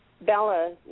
Bella